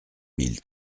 mille